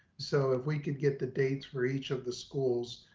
so if we could get the dates for each of the schools,